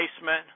basement